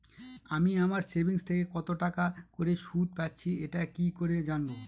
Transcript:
আমি আমার সেভিংস থেকে কতটাকা করে সুদ পাচ্ছি এটা কি করে জানব?